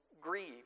grieve